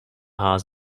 harz